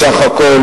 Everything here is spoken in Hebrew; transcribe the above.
בסך הכול,